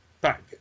back